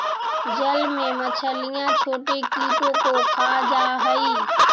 जल में मछलियां छोटे कीटों को खा जा हई